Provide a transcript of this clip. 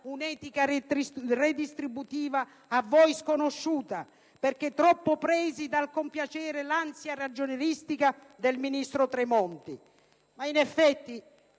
un'etica redistributiva a voi sconosciuta perché troppi presi dal compiacere l'ansia ragionieristica del ministro Tremonti. Ma, in effetti,